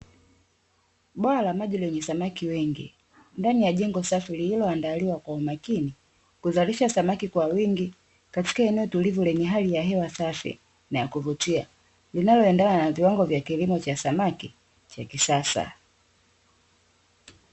Bwawa la maji lenye samaki wengi, ndani ya jengo safi lililoandaliwa kwa umakini, kuzalisha samaki kwa wingi katika eneo tulivu lenye hali ya hewa safi na ya kuvutia, linaloendana na viwango vya kilimo cha samaki cha kisasa.